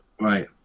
Right